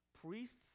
priests